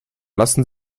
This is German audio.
lassen